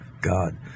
God